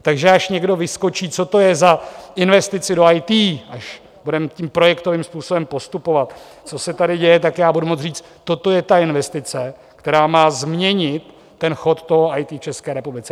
Takže až někdo vyskočí, co to je za investici do IT, až budeme tím projektovým způsobem postupovat, co se tady děje, tak já budu moci říct: Toto je ta investice, která má změnit chod toho IT v České republice.